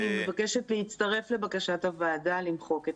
אני מבקשת להצטרף לבקשת הוועדה למחוק את